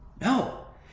No